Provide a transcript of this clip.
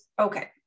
okay